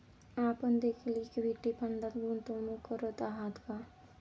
आपण देखील इक्विटी फंडात गुंतवणूक करत आहात का?